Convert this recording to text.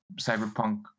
cyberpunk